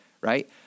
right